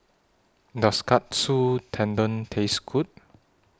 Does Katsu Tendon Taste Good